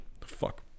Fuck